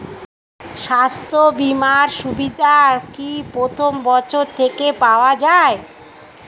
স্বাস্থ্য বীমার সুবিধা কি প্রথম বছর থেকে পাওয়া যায়?